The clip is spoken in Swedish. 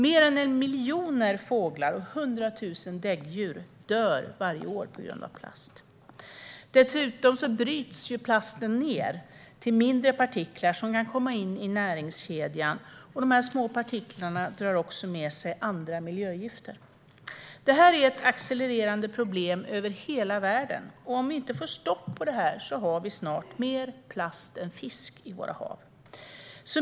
Mer än 1 miljon fåglar och flera hundra tusen däggdjur dör varje år på grund av plast. Dessutom bryts plasten ned till mindre partiklar, som kan komma in i näringskedjan. Dessa små partiklar drar också med sig andra miljögifter. Detta är ett accelererande problem över hela världen. Om vi inte får stopp på detta har vi snart mer plast än fisk i våra hav.